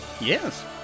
Yes